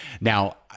Now